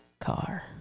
car